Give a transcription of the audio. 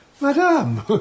madame